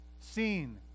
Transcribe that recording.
seen